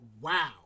wow